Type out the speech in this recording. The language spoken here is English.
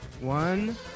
One